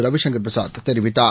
ரவிசங்கர்பிரசாத்தெரிவித்தார்